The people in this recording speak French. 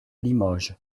limoges